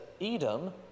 Edom